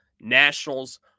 nationals